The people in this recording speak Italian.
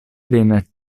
dei